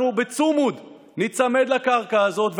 אנחנו בצוּמוּד, ניצמד לקרקע הזאת.